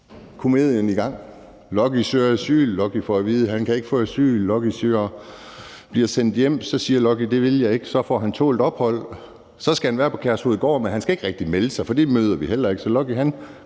komedien i gang: Lucky søger asyl; Lucky får at vide, at han ikke kan få asyl; Lucky bliver sendt hjem. Så siger Lucky: Det vil jeg ikke. Så får han tålt ophold; så skal han være på Kærshovedgård, men han skal ikke rigtig melde sig, for det forhold møder vi heller ikke.